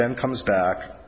then comes back